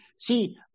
see